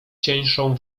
cieńszą